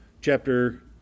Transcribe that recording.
chapter